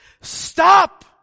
stop